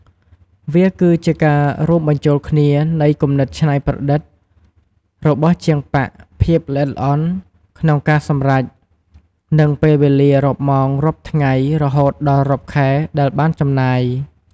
វាគឺជាការរួមបញ្ចូលគ្នានៃ គំនិតច្នៃប្រឌិត របស់ជាងប៉ាក់ ភាព ល្អិតល្អន់ ក្នុងការសម្រេច និង ពេលវេលា រាប់ម៉ោង រាប់ថ្ងៃ រហូតដល់រាប់ខែដែលបានចំណាយ។